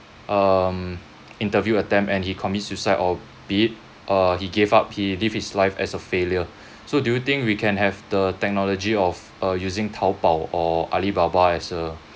um interview attempt and he commits suicide or be it uh he gave up he live his life as a failure so do you think we can have the technology of uh using taobao or alibaba as a